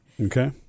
Okay